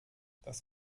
das